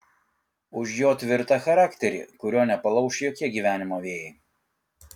už jo tvirtą charakterį kurio nepalauš jokie gyvenimo vėjai